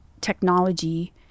technology